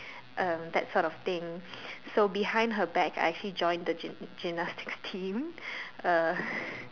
um that sort of thing so behind her back I actually join the gym gymnastics team uh